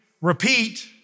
Repeat